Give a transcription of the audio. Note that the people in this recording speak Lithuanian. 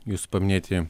jūsų paminėti